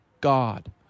God